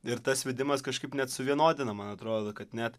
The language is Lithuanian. ir tas vedimas kažkaip net suvienodina man atrodo kad net